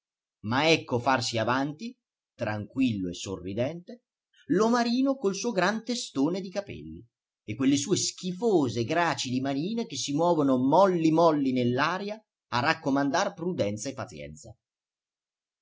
ma ecco farsi avanti tranquillo e sorridente l'omarino col suo gran testone di capelli e quelle sue schifose gracili manine che si muovono molli molli nell'aria a raccomandar prudenza e pazienza